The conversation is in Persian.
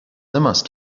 است